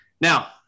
Now